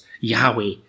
Yahweh